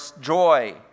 joy